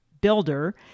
builder